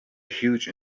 huge